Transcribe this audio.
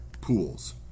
pools